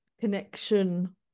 connection